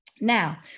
Now